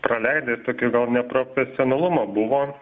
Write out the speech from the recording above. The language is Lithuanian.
praleidę tokį neprofesionalumą buvo